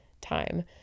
time